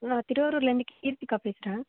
நான் திருவாரூர்லேருந்து கீ கீர்த்திக்கா பேசுகிறேன்